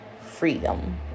freedom